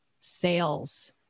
sales